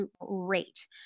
rate